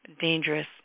dangerous